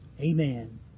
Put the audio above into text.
Amen